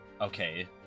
okay